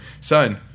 son